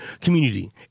community